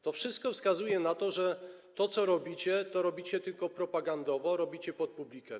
To wszystko wskazuje na to, że to, co robicie, robicie tylko propagandowo, robicie pod publikę.